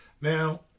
Now